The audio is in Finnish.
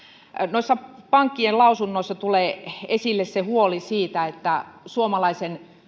noissa pankkien lausunnoissa tulee esille se huoli siitä että